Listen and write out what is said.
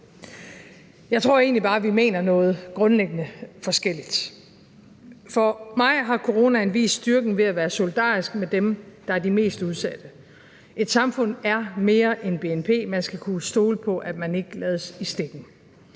Jeg tror egentlig bare, at vi mener noget grundlæggende forskelligt. For mig har coronaen vist styrken ved at være solidarisk med dem, der er de mest udsatte. Et samfund er mere end bnp; man skal kunne stole på, at man ikke lades i stikken.